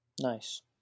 Nice